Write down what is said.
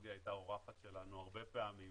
והטכנולוגיה הייתה אורחת שלנו הרבה פעמים